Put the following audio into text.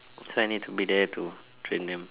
so I need to be there to train them